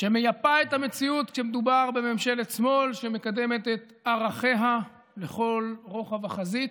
שמייפה את המציאות כשמדובר בממשלת שמאל שמקדמת את ערכיה לכל רוחב החזית,